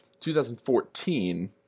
2014